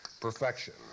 perfection